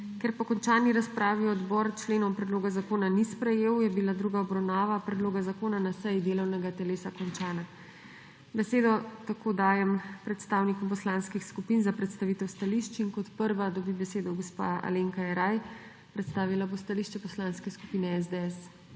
Ker po končani razpravi odbor členov predloga zakona ni sprejel, je bila druga obravnava predloga zakona na seji delovnega telesa končana. Besedo tako dajem predstavnikom poslanskih skupin za predstavitev stališč. Kot prva dobi besedo gospa Alenka Jeraj, predstavila bo stališče Poslanske skupine SDS.